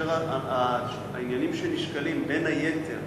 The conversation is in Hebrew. העניינים שנשקלים, בין היתר,